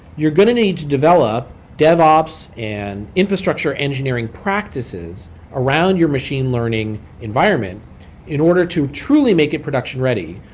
you're going to need to develop devops and infrastructure engineering practices around your machine learning environment in order to truly make it production ready,